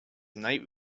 night